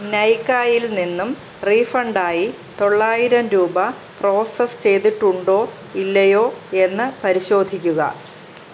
നൈകാ ഇൽ നിന്നും റീഫണ്ടായി തൊള്ളായിരം രൂപ പ്രോസസ്സ് ചെയ്തിട്ടുണ്ടോ ഇല്ലയോ എന്ന് പരിശോധിക്കുക